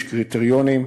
יש קריטריונים,